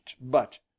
but—